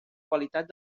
qualitat